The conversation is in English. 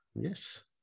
Yes